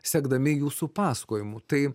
sekdami jūsų pasakojimu tai